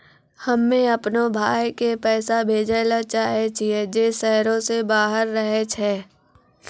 हम्मे अपनो भाय के पैसा भेजै ले चाहै छियै जे शहरो से बाहर रहै छै